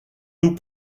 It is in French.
nous